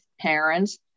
parents